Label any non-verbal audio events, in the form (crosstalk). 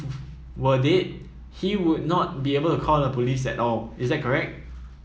(noise) were dead he would not be able to call the police at all is that correct